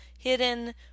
Hidden